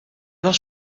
was